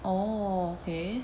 oh okay